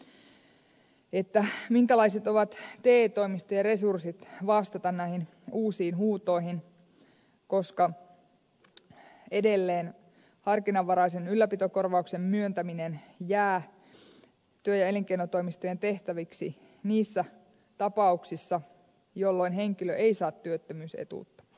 pitäisi tietää minkälaiset ovat te toimistojen resurssit vastata näihin uusiin huutoihin koska edelleen harkinnanvaraisen ylläpitokorvauksen myöntäminen jää työ ja elinkeinotoimistojen tehtäväksi niissä tapauksissa jolloin henkilö ei saa työttömyysetuutta